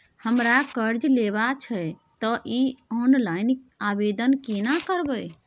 हमरा कर्ज लेबा छै त इ ऑनलाइन आवेदन केना करबै?